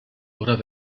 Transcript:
oder